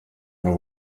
n’u